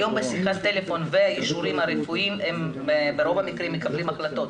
היום בשיחת טלפון ואישורים רפואיים ברוב המקרים מקבלים החלטות,